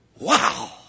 Wow